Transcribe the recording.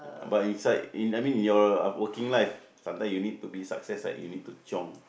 but inside in I mean your working life sometimes you need to be success like you need to chiong